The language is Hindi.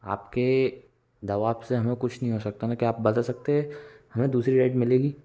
आपके दवाब से हमें कुछ नहीं हो सकता हमें क्या आप बता सकते हमें दूसरी राइड मिलेगी